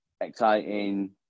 exciting